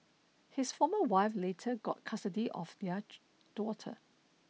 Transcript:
his former wife later got custody of their daughter